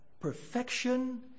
perfection